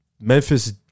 Memphis